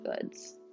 goods